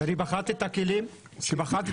שאני בחרתי את הכלים לצוות,